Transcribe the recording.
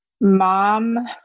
mom